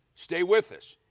stay with us,